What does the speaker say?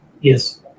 Yes